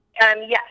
Yes